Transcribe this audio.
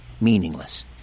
meaningless